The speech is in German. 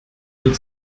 wird